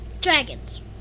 Dragons